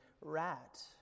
rat